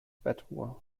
bettruhe